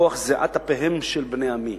בכוח זיעת אפיהם של בני עמי.